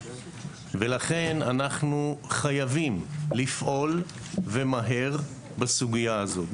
לכן אנחנו חייבים לפעול ומהר בסוגיה הזאת.